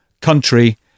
country